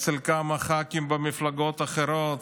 אצל כמה ח"כים במפלגות אחרות,